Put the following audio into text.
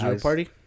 party